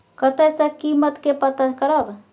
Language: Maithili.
कतय सॅ कीमत के पता करब?